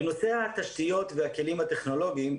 בנושא התשתיות והכלים הטכנולוגיים,